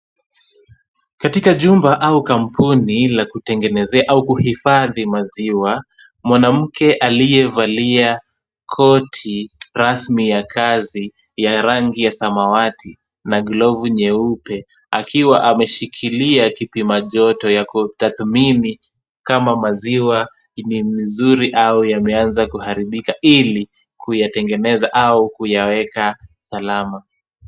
Katika jumba au kampuni la kutengenezea au kuhifadhi maziwa, mwanamke aliyevalia koti rasmi ya kazi ya rangi ya samawati na glovu nyeupe akiwa ameshikilia kipima joto ya kutathmini kama maziwa ni mzuri au yameanza kuharibika ili kuyatengeneza au kuyaweka salama.